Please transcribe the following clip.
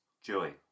Joey